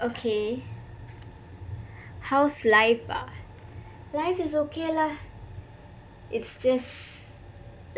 okay how's life ah life is okay lah it's just